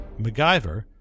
MacGyver